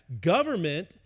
government